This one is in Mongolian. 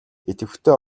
идэвхтэй